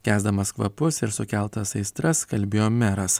kęsdamas kvapus ir sukeltas aistras kalbėjo meras